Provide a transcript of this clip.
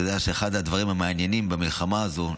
אתה יודע שאחד הדברים המעניינים במלחמה הזו הוא